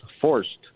forced